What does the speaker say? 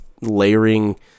layering